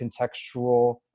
contextual